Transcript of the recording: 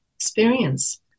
experience